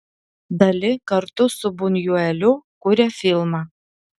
dali kartu su bunjueliu kuria filmą